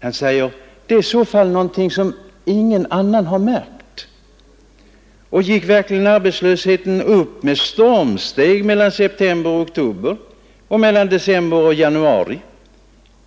Det är i så fall något som ingen annan har märkt, säger Knut Johansson. Och gick arbetslösheten verkligen upp med stormsteg mellan september och oktober och mellan december och januari?